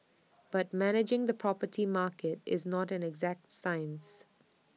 but managing the property market is not an exact science